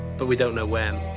but we don't know when.